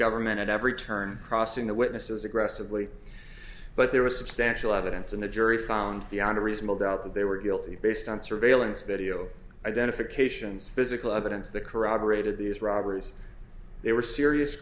government at every turn crossing the witnesses aggressively but there was substantial evidence and a jury found the out of reasonable doubt that they were guilty based on surveillance video identifications physical evidence that corroborated these robberies they were serious